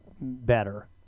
better